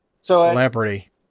celebrity